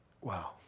wow